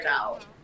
out